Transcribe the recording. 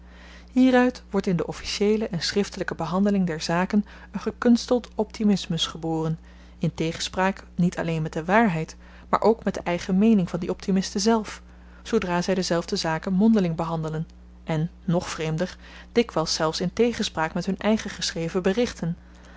hieruit wordt in de officieele en schriftelyke behandeling der zaken een gekunsteld optimismus geboren in tegenspraak niet alleen met de waarheid maar ook met de eigen meening van die optimisten zelf zoodra zy dezelfde zaken mondeling behandelen en nog vreemder dikwyls zelfs in tegenspraak met hun eigen geschreven berichten